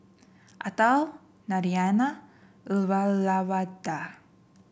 Atal Naraina and Uyyalawada